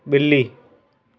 बि॒ली